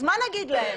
אז מה נגיד להן?